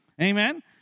Amen